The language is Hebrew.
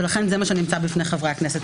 לכן זה מה שנמצא בפני חברי הכנסת.